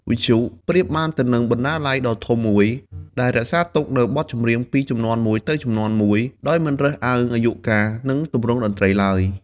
វិទ្យុប្រៀបបានទៅនឹងបណ្ណាល័យដ៏ធំមួយ ដែលរក្សាទុកនូវបទចម្រៀងពីជំនាន់មួយទៅជំនាន់មួយ ដោយមិនរើសអើងអាយុកាល ឬទម្រង់តន្ត្រីឡើយ។